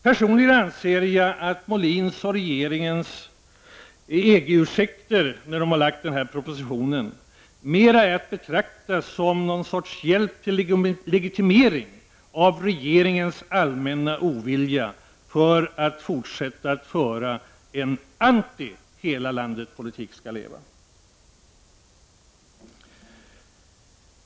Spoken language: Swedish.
Personligen anser jag att Molins och regeringens EG-ursäkter i denna proposition mera är att betrakta som en sorts hjälp till legitimering av regeringens allmänna vilja att fortsätta att föra en antipolitik till ”hela landet skall leva”-politik.